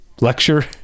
lecture